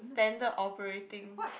standard operating